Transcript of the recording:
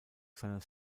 seines